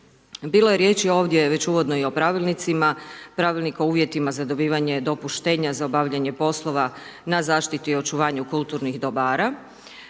Bilo je riječi ovdje već i uvodno i o pravilnicima, pravilnika o uvjetima za dobivanje dopuštenja za obavljanje poslova na zaštiti i očuvanju kulturnih dobara.